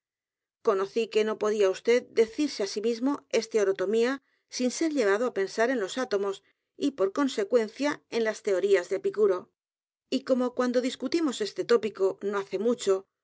conocí que no podía vd decirse á sí mismo esteorotomia sin ser llevado á pensar en los átomos y por consecuencia en las teorías de e p í c u r o y como cuando discutimos este tópico no hace m